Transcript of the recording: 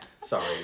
Sorry